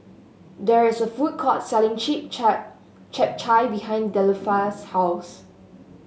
there is a food court selling chip chap Chap Chai behind Delphia's house